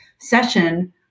session